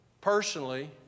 personally